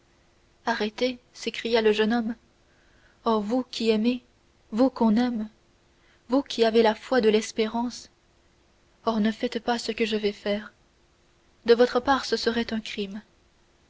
arrêtez s'écria le jeune homme oh vous qui aimez vous qu'on aime vous qui avez la foi de l'espérance oh ne faites pas ce que je vais faire de votre part ce serait un crime